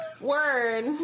Word